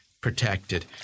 protected